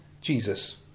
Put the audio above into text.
Jesus